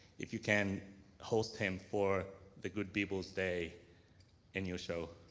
if you can host him for the good people's day in your show.